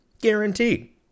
Guaranteed